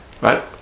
right